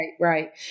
Right